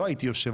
לא הייתי יושב,